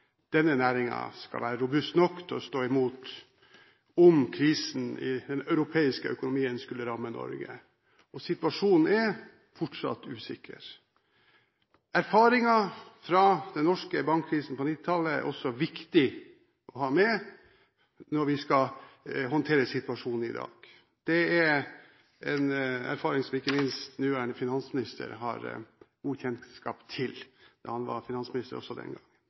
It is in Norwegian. denne næringen skal være robust nok til å stå imot om krisen i den europeiske økonomien skulle ramme Norge. Situasjonen er fortsatt usikker. Erfaringen fra den norske bankkrisen på 1990-tallet er også viktig å ha med når vi skal håndtere situasjonen i dag. Det er en erfaring som ikke minst nåværende finansminister har god kjennskap til, da han var finansminister også den gang.